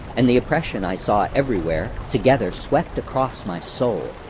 and the oppression i saw everywhere, together swept across my soul.